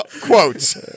quotes